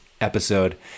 episode